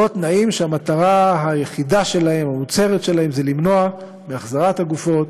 ועוד תנאים שהמטרה היחידה המוצהרת שלהם היא למנוע מהחזרת הגופות